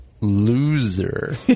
loser